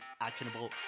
actionable